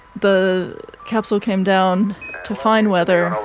the capsule came down to fine weather,